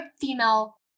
female